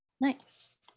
Nice